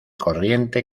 corriente